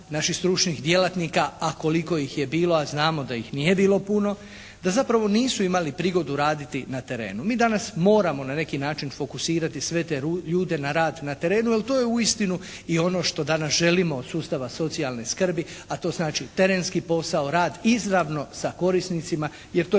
naših stručnih djelatnika, a koliko ih je bilo, a znamo da ih nije bilo puno, da zapravo nisu imali prigodu raditi na terenu. Mi danas moramo na neki način fokusirati sve te ljude na rad na terenu jer to je uistinu i ono što danas želimo od sustava socijalne skrbi, a to znači terenski posao, rad izravno sa korisnicima, jer to je